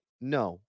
No